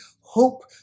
hope